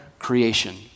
creation